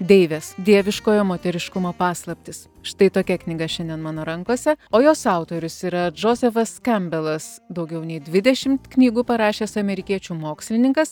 deivės dieviškojo moteriškumo paslaptys štai tokia knyga šiandien mano rankose o jos autorius yra džozefas kembelas daugiau nei dvidešimt knygų parašęs amerikiečių mokslininkas